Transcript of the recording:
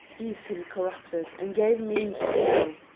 e ase him corrupted, and gave means to know